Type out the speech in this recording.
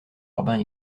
urbain